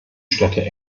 städte